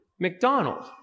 McDonald